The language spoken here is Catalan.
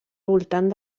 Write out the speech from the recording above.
voltant